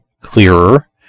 clearer